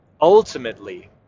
Ultimately